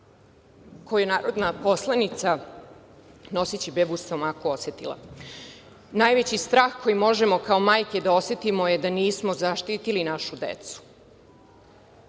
koji je poslanica, noseći bebu u stomaku, osetila. Najveći strah koji možemo kao majke da osetimo da nismo zaštitili našu decu,